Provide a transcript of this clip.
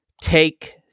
take